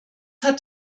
hat